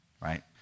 Right